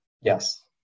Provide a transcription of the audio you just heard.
yes